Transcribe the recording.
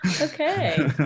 okay